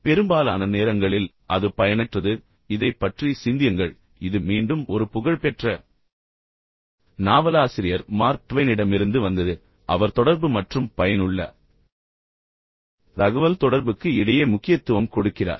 பெரும்பாலான நேரங்களில் அது பயனற்றது பின்னர் இதைப் பற்றி சிந்தியுங்கள் இது மீண்டும் ஒரு புகழ்பெற்ற நாவலாசிரியர் மார்க் ட்வைனிடமிருந்து வந்தது அவர் தொடர்பு மற்றும் பயனுள்ள தகவல்தொடர்புக்கு இடையே முக்கியத்துவம் கொடுக்கிறார்